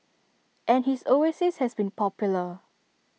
and his oasis has been popular